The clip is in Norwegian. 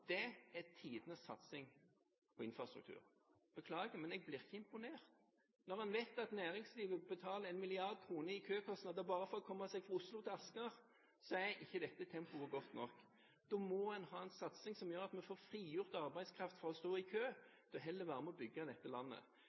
Det er tidenes satsing på infrastruktur. Jeg beklager, men jeg blir ikke imponert. Når en vet at næringslivet betaler 1 mrd. kr i køkostnader bare for å komme seg fra Oslo til Asker, så er ikke dette tempoet godt nok. Da må en ha en satsing som gjør at vi får frigjort arbeidskraft for å stå i kø, til heller å være med og bygge dette landet.